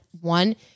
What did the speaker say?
one